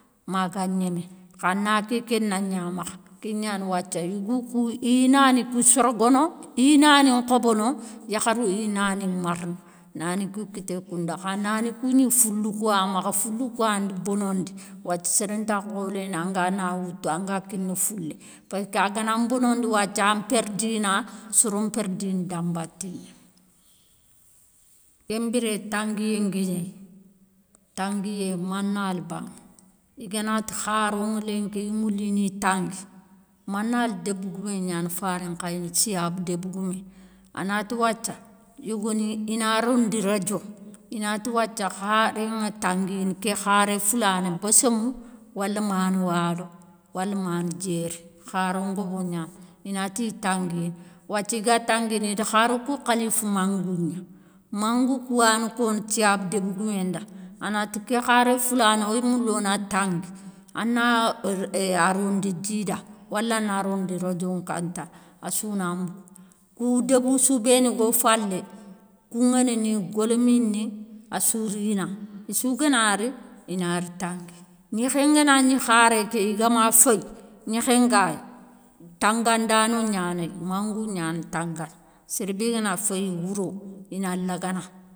Maga gnémé kha na kéké na gna makha ké gnani wathia yougou kou iyi nani kou sorgono, iyi nani nkhobono, yakharou i ya nani marana nani kou kité koundouwa, kha nani, kou gni foulou kouwa makha foulou kouwanda bonondi wathia séré ntakha holéné anga na woutou anga kini foulé. Perki a gana nbonondi wathia, an perdina soron perdini dan baté ŋa. Ken biré tanguiyé nguégnéy, tanguiyé manal baŋa i ganati kharouŋa lenki iwa moula i ni tangui, manal débégoume gnani faré nkhayini tuabou débégoumé, a nati wathia yogoni i na rondi radio i na ti, wathia khareŋa tanguini ké kharé foulani, bossoŋou wala manouwaro, wala manou diéry kharo ngabo gnani inatiy tanguini. Wathi i ga tanguini i da kharou kou, khalifi mangou gna, mangou kou yana kono tuabou débégoumé nda, a na ti ké kharé foulané oya moula wona tangui ana a rondi djida, wala na rondi rédio nka nta a sou na mougou. Kou débou bénou go falé koughany ni, golmy ni, assou rina, i sou gana ri i na ri tangui. Gnékhé ngana gni kharé ké i gama féyi, gnékhé ngayi tangandano gnanéyi mangou gnani tangana, séré bé gana féyi wouro, i na lagana.